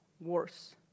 worse